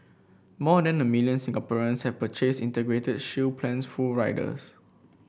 more than a million Singaporeans have purchased Integrated Shield Plan full riders